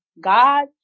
God